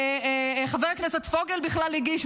חבר הכנסת פוגל בכלל הגיש.